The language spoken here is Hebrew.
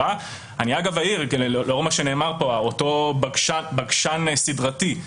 אגב, לאור מה שנאמר פה על אותו בקשן סדרתי אני